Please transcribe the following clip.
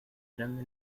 grande